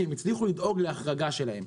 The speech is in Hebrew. כי הם הצליחו לדאוג להחרגה שלהם.